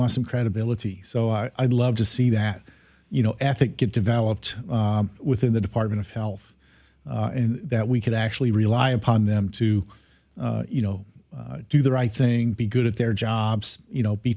want some credibility so i'd love to see that you know ethic get developed within the department of health and that we could actually rely upon them to you know do the right thing be good at their jobs you know be